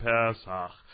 Pesach